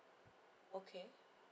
okay